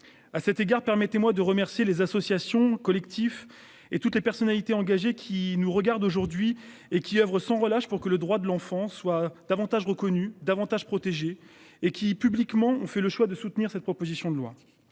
à cet égard, permettez-moi de remercier les associations, collectifs et toutes les personnalités engagées qui nous regardent aujourd'hui et qui oeuvrent sans relâche pour que le droit de l'enfant soit davantage reconnue davantage protégés et qui publiquement, on fait le choix de soutenir cette proposition de loi.